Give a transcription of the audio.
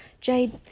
Jade